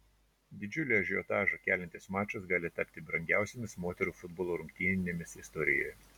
didžiulį ažiotažą keliantis mačas gali tapti brangiausiomis moterų futbolo rungtynėmis istorijoje